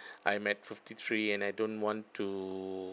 I'm at fifty three and I don't want to